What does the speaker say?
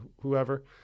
whoever